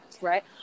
right